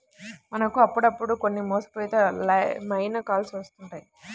మనకు అప్పుడప్పుడు కొన్ని మోసపూరిత మైన కాల్స్ వస్తుంటాయి